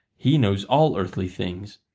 he knows all earthly things.